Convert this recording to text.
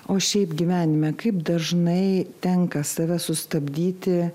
o šiaip gyvenime kaip dažnai tenka save sustabdyti